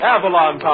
Avalon